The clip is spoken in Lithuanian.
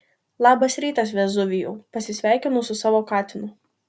labas rytas vezuvijau pasisveikinu su savo katinu